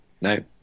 no